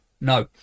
No